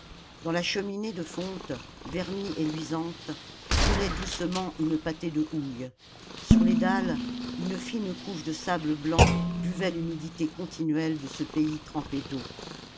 dans la cheminée de fonte vernie et luisante brûlait doucement une pâtée de houille sur les dalles une fine couche de sable blanc buvait l'humidité continuelle de ce pays trempé d'eau